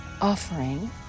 offering